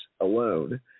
alone